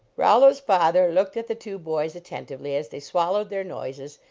rollo s father looked at the two boys at tentively as they swallowed their noises,